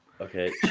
Okay